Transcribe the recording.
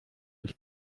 ich